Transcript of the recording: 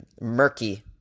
murky